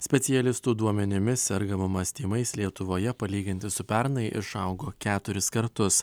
specialistų duomenimis sergamumas tymais lietuvoje palyginti su pernai išaugo keturis kartus